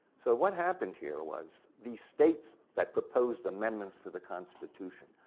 so what happened here was the states that proposed amendments to the constitution,